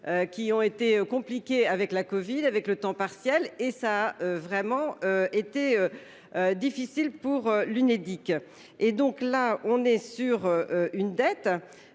Qui ont été compliquées avec la Covid, avec le temps partiel et ça vraiment été. Difficile pour l'Unédic et donc là on est sur une dette.